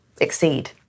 exceed